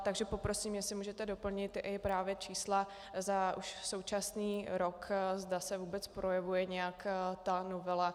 Takže poprosím, jestli můžete doplnit i právě čísla za už současný rok, zda se vůbec projevuje nějak ta novela.